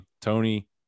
Tony